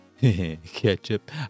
Ketchup